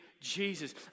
Jesus